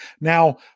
now